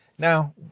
Now